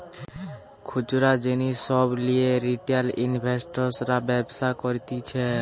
খুচরা জিনিস সব লিয়ে রিটেল ইনভেস্টর্সরা ব্যবসা করতিছে